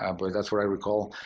um but that's what i recall,